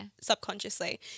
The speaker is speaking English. subconsciously